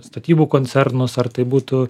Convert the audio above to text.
statybų koncernus ar tai būtų